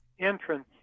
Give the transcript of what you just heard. entrance